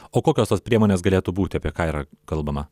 o kokios tos priemonės galėtų būti apie ką yra kalbama